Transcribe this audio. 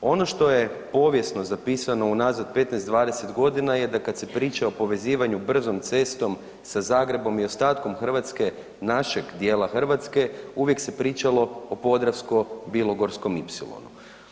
Ono što je povijesno zapisano unazad 15, 20 godina je da kad se priča o povezivanju brzom cestom sa Zagrebom i ostatkom Hrvatske, našeg dijela Hrvatske, uvijek se pričalo o podravsko-bilogorskom ipsilonu.